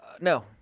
no